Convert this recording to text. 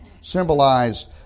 symbolize